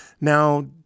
Now